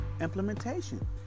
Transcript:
implementation